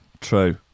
True